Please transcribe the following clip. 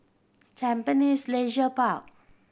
Tampines Leisure Park